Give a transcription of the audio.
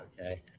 okay